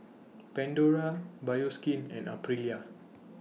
Pandora Bioskin and Aprilia